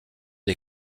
des